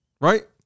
right